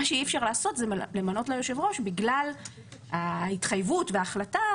מה שאי-אפשר לעשות זה למנות לה יושב-ראש בגלל ההתחייבות וההחלטה,